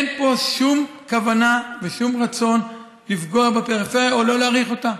אין פה שום כוונה ושום רצון לפגוע בפריפריה או לא להעריך אותה.